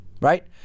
right